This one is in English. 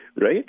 right